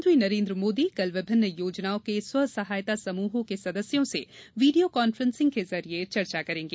प्रधानमंत्री नरेन्द्र मोदी कल विभिन्न योजनाओं के स्व सहायता समूहों के सदस्यों से वीडियो कांफ़ेसिंग के जरिए चर्चा करेंगे